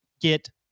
get